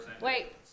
Wait